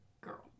girl